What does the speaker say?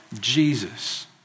Jesus